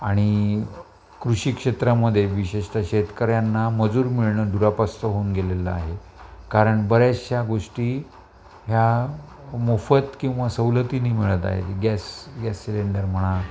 आणि कृषी क्षेत्रामध्ये विशेषत शेतकऱ्यांना मजूर मिळणं दुरापास्त होऊन गेलेलं आहे कारण बऱ्याचशा गोष्टी ह्या मोफत किंवा सवलतीनी मिळत आहे गॅस गॅस सिलेंडर म्हणा